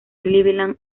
cleveland